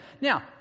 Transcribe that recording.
Now